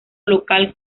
local